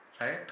right